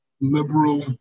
liberal